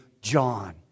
John